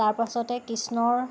তাৰ পাছতে কৃষ্ণৰ